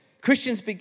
Christians